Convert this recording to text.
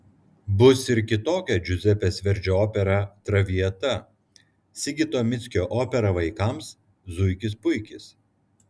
bus ir kitokia džiuzepės verdžio opera traviata sigito mickio opera vaikams zuikis puikis